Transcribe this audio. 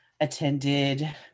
attended